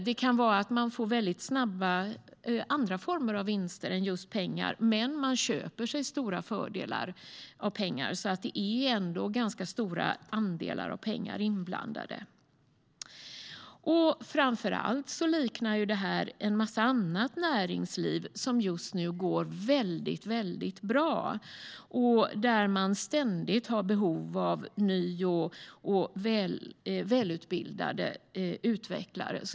Det kan vara att man får väldigt snabba vinster i annan form än just pengar men köper sig stora fördelar med pengar, så att det är ändå ganska stora pengar inblandade. Framför allt liknar det här en massa annat näringsliv som just nu går väldigt bra och där man ständigt har behov av nya och välutbildade utvecklare.